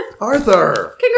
Arthur